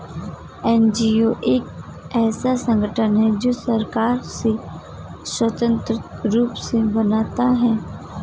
NGO एक ऐसा संगठन है जो सरकार से स्वतंत्र रूप से बनता है